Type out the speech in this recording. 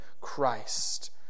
Christ